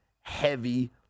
heavy